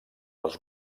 els